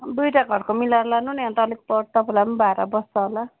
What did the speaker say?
दुईवटा घरको मिलाएर लानु नि अन्त अलिक पर तपाईँलाई पनि भाडा बच्छ होला